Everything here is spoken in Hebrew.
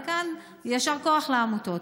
וכאן יישר כוח לעמותות,